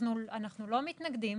אנחנו לא מתנגדים.